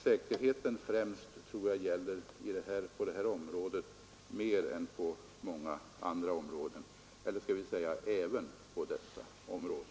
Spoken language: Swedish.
”Säkerheten främst” är ett måtto som gäller på detta område, kanske mer än på många andra områden.